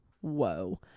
whoa